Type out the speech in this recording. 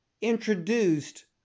introduced